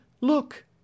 Look